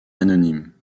anonyme